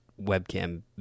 webcam